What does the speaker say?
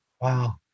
Wow